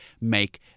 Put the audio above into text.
make